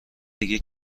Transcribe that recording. دیگه